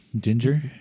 Ginger